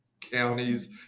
counties